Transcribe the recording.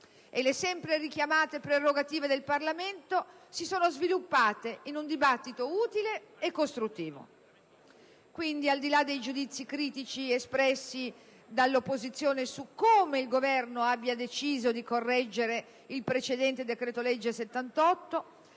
Le sempre richiamate prerogative del Parlamento si sono pertanto sviluppate in un dibattito utile e costruttivo. Al di là dei giudizi critici espressi dall'opposizione su "come" il Governo abbia deciso di correggere il precedente decreto-legge n.